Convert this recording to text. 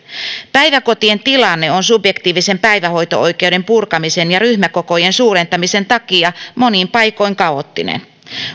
päiväkotien tilanne on subjektiivisen päivähoito oikeuden purkamisen ja ryhmäkokojen suurentamisen takia monin paikoin kaoottinen